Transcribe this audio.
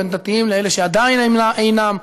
בין דתיים לאלה שעדיין אינם.